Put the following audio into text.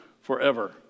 forever